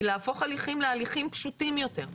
זה להפוך הליכים להליכים פשוטים יותר.